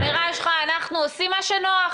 האמירה שלך היא אנחנו עושים מה שנוח.